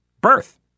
birth